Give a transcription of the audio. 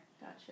Gotcha